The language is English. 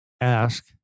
ask